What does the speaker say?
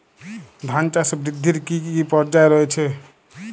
ধান চাষ বৃদ্ধির কী কী পর্যায় রয়েছে?